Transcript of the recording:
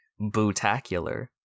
Bootacular